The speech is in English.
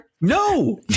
No